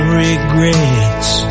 regrets